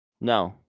no